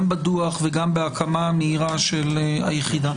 גם בדוח וגם בהקמה המהירה של היחידה.